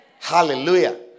Hallelujah